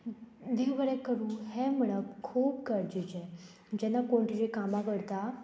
देव बरें करूं हें म्हणप खूब गरजेचें जेन्ना कोण तिचें कामां करता